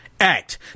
Act